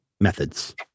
methods